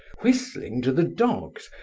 whistling to the dogs,